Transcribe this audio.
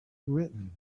written